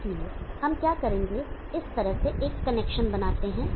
इसलिए हम क्या करेंगे इस तरह से एक कनेक्शन बनाते हैं